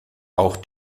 auch